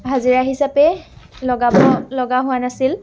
হাজিৰা হিচাবে লগাব লগা হোৱা নাছিল